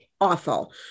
awful